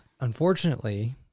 Unfortunately